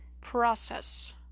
process